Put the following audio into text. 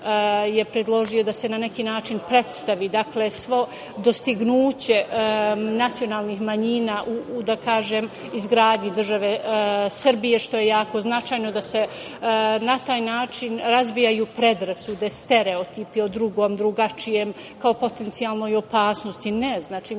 je predložio da se na neki način predstavi svo dostignuće nacionalnih manjina u izgradnji države Srbije, što je jako značajno da se na taj način razbijaju predrasude, stereotipi o drugom, drugačijem kao potencijalnoj opasnosti. Ne,